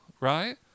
right